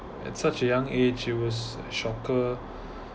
at such a young age it was shocker